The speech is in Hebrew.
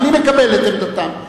ואני מקבל את עמדתם.